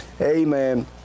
Amen